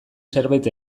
zerbait